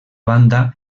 banda